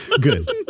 Good